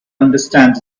understands